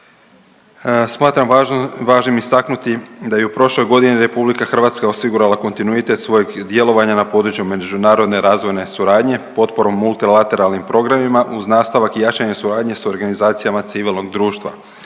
Smatram važnim istaknuti da je i u prošloj godini RH osigurala kontinuitet svojeg djelovanja na području međunarodne razvojne suradnje potporom multilateralnim programima uz nastavak i jačanje suradnje s organizacijama civilnog društva.